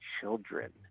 children